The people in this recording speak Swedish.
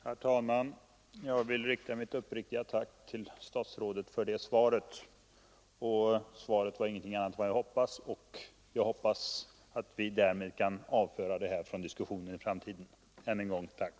Herr talman! Jag vill rikta mitt uppriktiga tack till statsrådet för svaret. Svaret innehöll ingenting annat än jag hoppats på. Jag hoppas också att vi därmed kan avföra denna fråga från diskussion i framtiden. Ännu en gång ett tack.